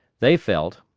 they felt,